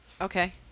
Okay